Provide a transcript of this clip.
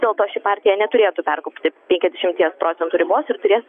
dėl to ši partija neturėtų perkopti penkiasdešimies procentų ribos ir turės